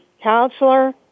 counselor